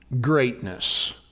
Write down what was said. greatness